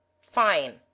Fine